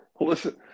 Listen